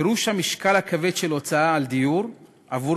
פירוש המשקל הכבד של הוצאה על דיור עבור